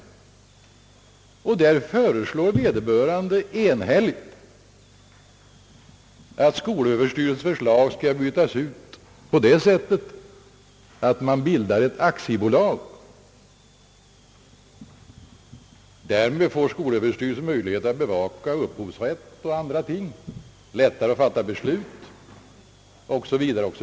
I betänkandet föreslås enhälligt att skolöverstyrelsens förlag skall omändras på det sättet att ett aktiebolag bildas. Därmed får skolöverstyrelsen möjlighet att bevaka upphovsrätt och andra ting, lättare att fatta beslut osv.